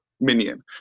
minion